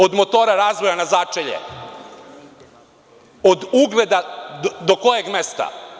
Od motora razvoja na začelje, od ugleda do kojeg mesta.